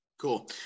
Cool